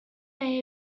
may